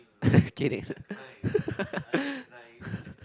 kidding